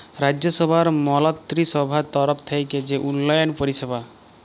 রাজ্যসভার মলত্রিসভার তরফ থ্যাইকে যে উল্ল্যয়ল পরিষেবা